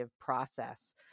process